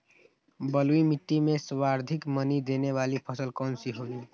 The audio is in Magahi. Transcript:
बलुई मिट्टी में सर्वाधिक मनी देने वाली फसल कौन सी होंगी?